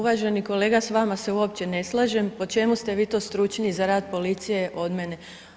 Uvaženi kolega s vama se uopće ne slažem, po čemu ste vi to stručniji za rad policije od mene?